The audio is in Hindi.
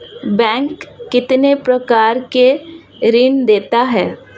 बैंक कितने प्रकार के ऋण देता है?